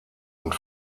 und